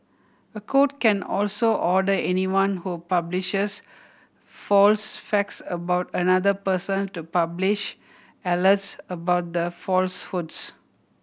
a court can also order anyone who publishes false facts about another person to publish alerts about the falsehoods